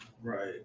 right